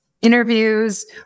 Interviews